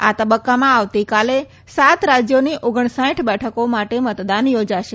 આ તબકકામાં આવતીકાલે સાત રાજયોની પટ બેઠકો માટે મતદાન યોજાશે